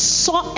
saw